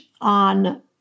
on